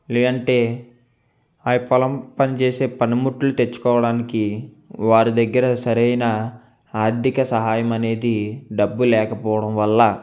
లేదంటే ఆ పొలం పని చేసే పనిముట్లు తెచ్చుకోవడానికి వారి దగ్గర సరైన ఆర్థిక సహాయం అనేది డబ్బు లేకపోవడం వల్ల